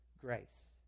grace